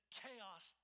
chaos